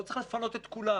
לא צריך לפנות את כולם.